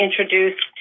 introduced